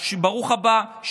ברוך הבא,